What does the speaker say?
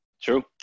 True